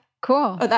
Cool